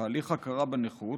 תהליך ההכרה בנכות